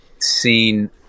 seen